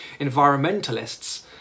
environmentalists